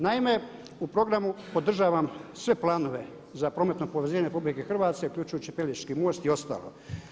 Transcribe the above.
Naime, u programu podržavam sve planove za prometno povezivanje RH uključujući i Pelješki most i ostalo.